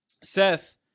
Seth